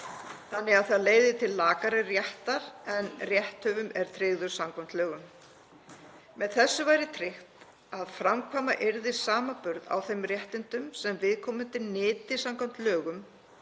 þannig að það leiði til lakari réttar en rétthöfum er tryggður samkvæmt lögum. Með þessu væri tryggt að framkvæma yrði samanburð á þeim réttindum sem viðkomandi nyti samkvæmt lögum